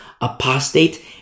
apostate